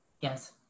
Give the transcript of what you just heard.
Yes